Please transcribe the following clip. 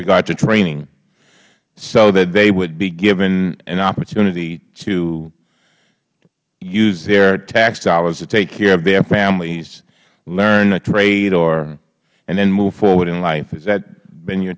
regard to training so that they would be given an opportunity to use their tax dollars to take care of their families learn a trade or and then move forward in life has that been your